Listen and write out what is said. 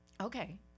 okay